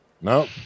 no